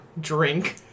drink